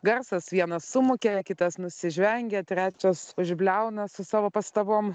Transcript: garsas vienas sumūkė kitas nusižvengė trečias užbliauna su savo pastabom